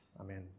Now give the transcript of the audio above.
Amen